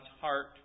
heart